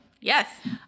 yes